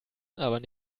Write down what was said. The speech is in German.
bestimmt